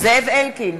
זאב אלקין,